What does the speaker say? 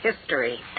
history